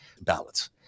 ballots